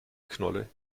knolle